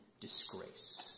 disgrace